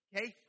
okay